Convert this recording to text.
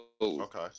Okay